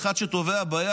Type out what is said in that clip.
לאחד שטובע בים,